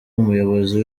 umuyobozi